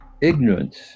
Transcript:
ignorance